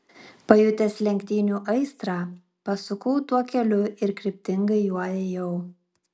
pajutęs lenktynių aistrą pasukau tuo keliu ir kryptingai juo ėjau